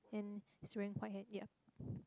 and he's wearing white hat yeah